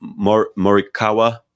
Morikawa